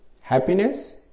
Happiness